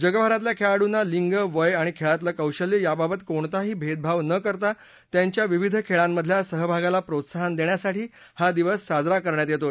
जगभरातल्या खेळाडूंना लिंग वय आणि खेळातलं कौशल्य याबाबत कोणताही भेदभाव न करता त्यांच्या विविध खेळांमधल्या सहभागाला प्रोत्साहन देण्यासाठी हा दिवस साजरा करण्यात येतो